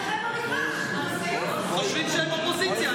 הם חושבים שהם אופוזיציה.